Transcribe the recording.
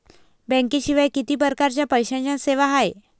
बँकेशिवाय किती परकारच्या पैशांच्या सेवा हाय?